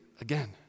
again